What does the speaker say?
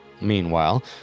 Meanwhile